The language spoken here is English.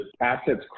assets